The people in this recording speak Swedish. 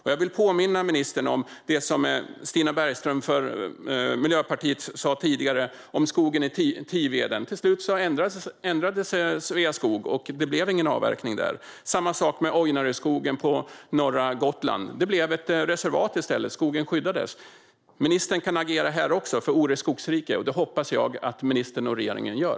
Jag vill påminna ministern om det som Stina Bergström från Miljöpartiet sa tidigare om skogen i Tiveden: Till slut ändrade sig Sveaskog, och det blev ingen avverkning där. Samma sak med Ojnareskogen på norra Gotland. Det blev ett reservat i stället, och skogen skyddades. Ministern kan agera här också, för Ore skogsrike, och det hoppas jag att ministern och regeringen gör.